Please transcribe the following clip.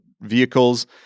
vehicles